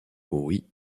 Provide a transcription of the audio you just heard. oui